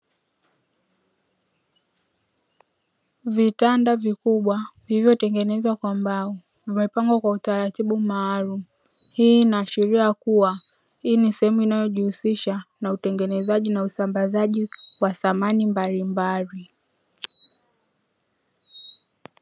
Vitanda vikubwa vilivyotengenezwa kwa mbao, vimepangwa kwa utaratibu maalumu. Hii inaashiria kuwa hii ni sehemu inayojihusisha na utengenezaji na usambazaji wa samani mbalimbali.